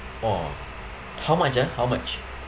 !wah! how much ah how much